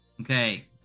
Okay